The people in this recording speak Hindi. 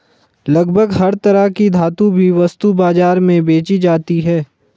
लगभग हर तरह की धातु भी वस्तु बाजार में बेंची जाती है